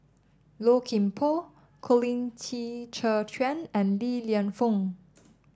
Low Kim Pong Colin Qi Zhe Quan and Li Lienfung